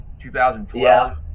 2012